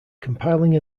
compiling